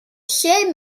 lle